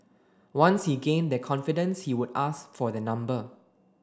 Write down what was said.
once he gained their confidence he would ask for their number